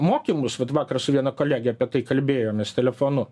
mokymus vat vakar su viena kolege apie tai kalbėjomės telefonu